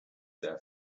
there